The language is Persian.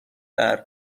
برای